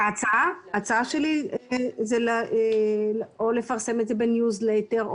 ההצעה שלי היא לפרסם את זה בניוזלטר,